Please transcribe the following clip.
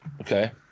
Okay